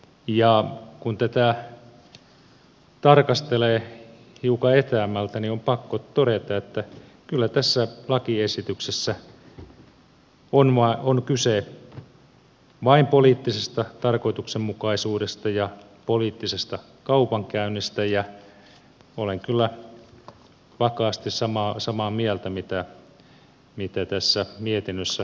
ja kun tätä tarkastelee hiukan etäämmältä niin on pakko todeta että kyllä tässä lakiesityksessä on kyse vain poliittisesta tarkoituksenmukaisuudesta ja poliittisesta kaupankäynnistä ja olen kyllä vakaasti samaa mieltä kuin mitä tässä mietinnössä keskustan edustajaryhmä on esittänyt